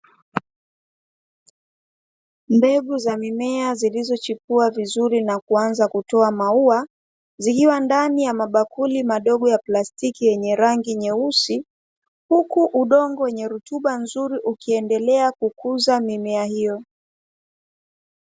Mbegu za mimea zilizochipua vizuri na kuanza kutoa mauwa, zikiwa ndani ya mabakuli madogo ya plastiki yenye rangi nyeusi, huku udongo wenye rutuba nzuri ukiendelea kukuza mimea hiyo.